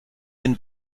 den